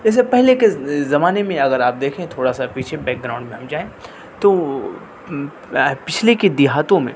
اس سے پہلے کے زمانے میں اگر آپ دیکھیں تھوڑا سا پیچھے بیک گراؤنڈ میں ہم جائیں تو پچھلے کے دیہاتوں میں